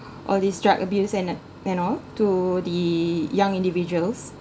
all these drug abuse and and all to the young individuals